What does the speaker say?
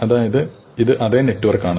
അതായത് ഇത് അതേ നെറ്റ്വർക്കാണ്